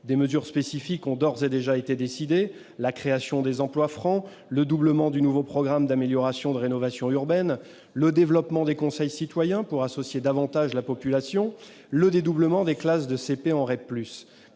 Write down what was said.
Des mesures spécifiques ont d'ores et déjà été décidées : la création des emplois francs ; le doublement du nouveau programme national de rénovation urbaine ; le développement des conseils citoyens pour associer la population ; le dédoublement des classes de CP en REP+.